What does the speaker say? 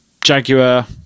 Jaguar